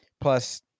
Plus